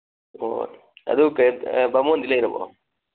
ꯑꯣ ꯑꯗꯨ ꯀꯩ ꯕꯥꯃꯣꯟꯗꯤ ꯂꯩꯔꯕꯣ